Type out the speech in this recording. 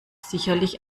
sicherlich